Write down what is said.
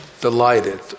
delighted